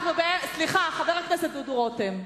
סליחה, חבר הכנסת דודו רותם.